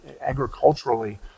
agriculturally